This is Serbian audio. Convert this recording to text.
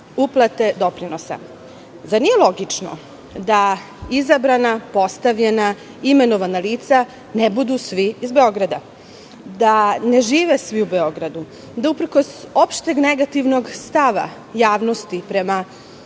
uplate doprinosa. Zar nije logično da izabrana, postavljena, imenovana lica ne budu svi iz Beograda, da ne žive svi u Beogradu, da uprkos opšteg negativnog stava javnosti prema